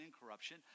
incorruption